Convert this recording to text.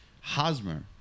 Hosmer